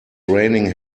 raining